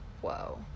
whoa